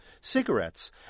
cigarettes